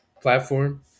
platform